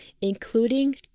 including